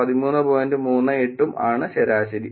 38 ആണ് ശരാശരി